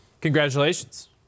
Congratulations